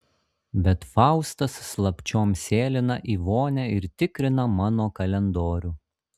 bet faustas slapčiom sėlina į vonią ir tikrina mano kalendorių